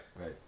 Right